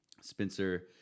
Spencer